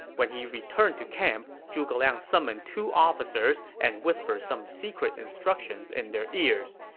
when he returned to camp, zhuge liang summoned two officers and whispered some secret instructions in their ears.